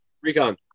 Recon